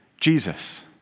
Jesus